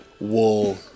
Wool